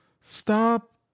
Stop